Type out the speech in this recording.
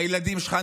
והילדים שלך,